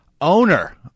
owner